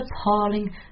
appalling